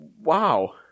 WoW